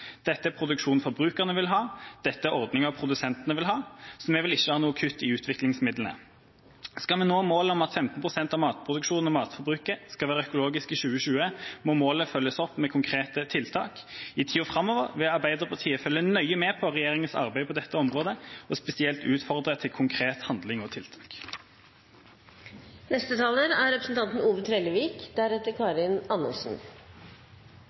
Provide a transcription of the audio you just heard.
Dette er produksjon forbrukerne vil ha, dette er ordninger produsentene vil ha. Så vi vil ikke ha noe kutt i utviklingsmidlene. Skal vi nå målet om at 15 pst. av matproduksjonen og matforbruket skal være økologisk i 2020, må målet følges opp med konkrete tiltak. I tida framover vil Arbeiderpartiet følge nøye med på regjeringas arbeid på dette området, og spesielt utfordre til konkret handling og tiltak.